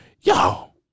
Y'all